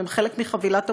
הם חלק מחבילת עבודה,